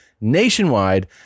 nationwide